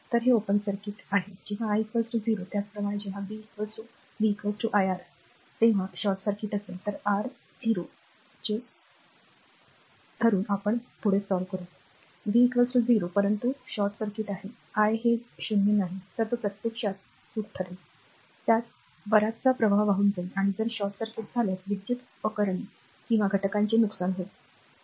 तरहे open circuit आहे जेव्हा i 0 त्याचप्रमाणे जेव्हा b iR जेव्हा शॉर्ट सर्किट असेल तर आर 0 चे मानते v 0 परंतु शॉर्ट सर्किटसाठी i हे 0 नाही तर तो प्रत्यक्षात चूक ठरेल त्यात बराचसा प्रवाह वाहून जाईल आणि जर शॉर्ट सर्किट झाल्यास विद्युत उपकरणे किंवा घटकांचे नुकसान होईल बरोबर